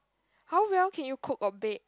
how well can you cook or bake